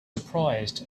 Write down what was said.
surprised